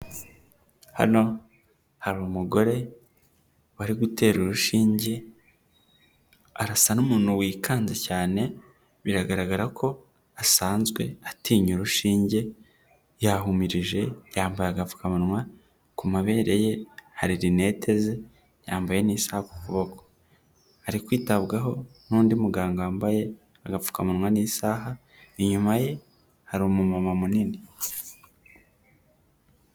Hano hari umugore bari gutera urushinge, arasa n'umuntu wikanze cyane biragaragara ko asanzwe atinya urushinge, yahumirije yambaye agapfukamunwa, ku mabere ye hari rinete ze yambaye n'isaha ku kuboko ari kwitabwaho n'undi muganga wambaye agapfukamunwa n'isaha inyuma ye hari umu mama munini.